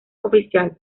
oficial